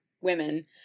women